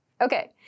Okay